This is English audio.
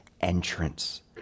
entrance